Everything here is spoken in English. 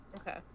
Okay